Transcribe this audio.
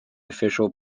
official